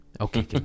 Okay